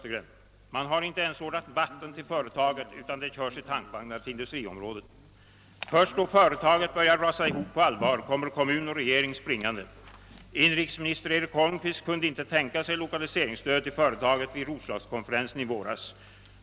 Man har inte ens ordnat vatten till företaget utan det körs i tankvagnar till industriområdet. Först då företaget börjar rasa ihop på allvar kommer kommun och regering springande. Inrikesminister Eric Holmqvist kunde inte tänka sig 1okaliseringsstöd till företaget vid Roslagskonferensen i våras.